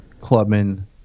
Clubman